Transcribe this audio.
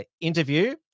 interview